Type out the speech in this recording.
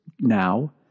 now